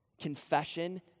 Confession